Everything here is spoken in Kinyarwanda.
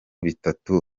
bitatu